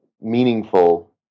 meaningful